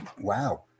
Wow